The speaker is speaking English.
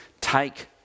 Take